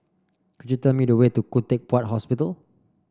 could you tell me the way to Khoo Teck Puat Hospital